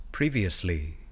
Previously